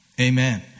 Amen